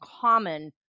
common